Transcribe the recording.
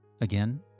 Again